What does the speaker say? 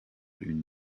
une